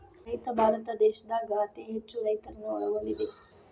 ರೈತ ಭಾರತ ದೇಶದಾಗ ಅತೇ ಹೆಚ್ಚು ರೈತರನ್ನ ಒಳಗೊಂಡಿದೆ